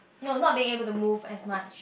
no not being able to move as much